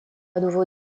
nouveau